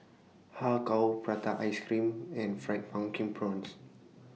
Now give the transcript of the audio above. Har Kow Prata Ice Cream and Fried Pumpkin Prawns